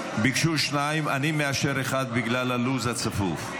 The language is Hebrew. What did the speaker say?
ביקשו שניים ואני מאשר אחד בגלל הלו"ז הצפוף.